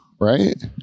Right